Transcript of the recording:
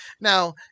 Now